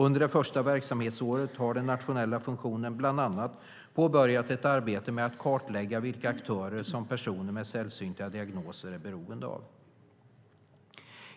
Under det första verksamhetsåret har den nationella funktionen bland annat påbörjat ett arbete med att kartlägga vilka aktörer som personer med sällsynta diagnoser är beroende av.